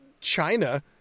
China